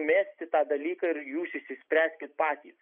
mesti tą dalyką ir jūs išsispręskit patys